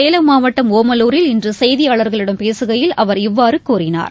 சேலம் மாவட்டம் ஓமலூரில் இன்று செய்தியாளர்களிடம் பேசுகையில் அவர் இவ்வாறு கூறினார்